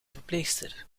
verpleegster